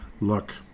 look